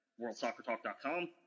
worldsoccertalk.com